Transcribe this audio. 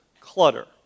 clutter